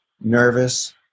nervous